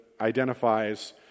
identifies